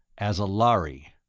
as a lhari.